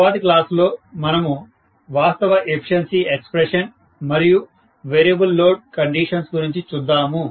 తరువాతి క్లాస్ లో మనము వాస్తవ ఎఫిషియన్సీ ఎక్స్ప్రెషన్ మరియు వేరియబుల్ లోడ్ కండిషన్స్ గురించి చూద్దాము